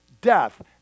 death